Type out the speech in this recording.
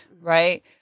right